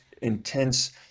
intense